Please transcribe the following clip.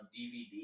DVD